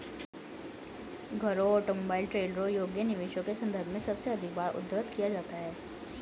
घरों, ऑटोमोबाइल, ट्रेलरों योग्य निवेशों के संदर्भ में सबसे अधिक बार उद्धृत किया जाता है